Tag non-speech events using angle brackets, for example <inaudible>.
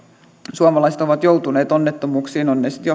suomalaiset ovat joutuneet onnettomuuksiin ovat ne sitten <unintelligible>